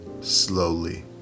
slowly